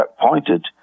pointed